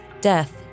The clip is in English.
death